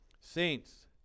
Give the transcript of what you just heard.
Saints